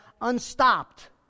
unstopped